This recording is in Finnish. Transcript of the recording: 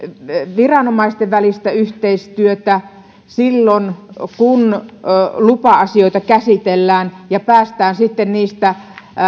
viranomaisten välistä yhteistyötä silloin kun lupa asioita käsitellään ja päästään sitten niistä